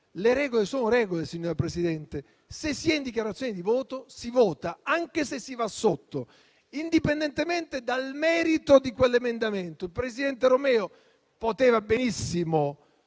Le regole sono regole, signora Presidente. Se si è in dichiarazione di voto, si vota, anche se si va sotto, indipendentemente dal merito di quell'emendamento. Il presidente Romeo poteva benissimo